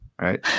Right